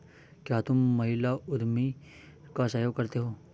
क्या तुम महिला उद्यमी का सहयोग करते हो?